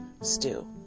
stew